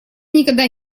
никогда